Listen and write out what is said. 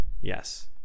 Yes